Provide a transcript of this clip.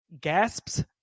gasps